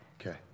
Okay